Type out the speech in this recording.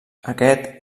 aquest